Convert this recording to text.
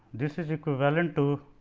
this is equivalent to